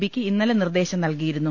ബിയ്ക്ക് ഇന്നലെ നിർദ്ദേശം നൽകിയിരുന്നു